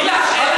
בוא נעשה דיון.